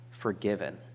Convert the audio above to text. forgiven